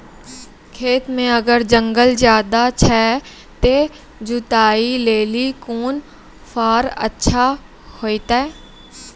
खेत मे अगर जंगल ज्यादा छै ते जुताई लेली कोंन फार अच्छा होइतै?